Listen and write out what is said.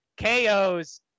KOs